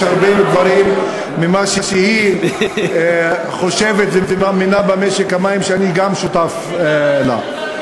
יש הרבה דברים במה שהיא חושבת ומאמינה בנושא משק המים שגם אני שותף לה.